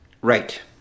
Right